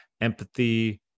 empathy